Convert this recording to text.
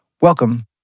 Welcome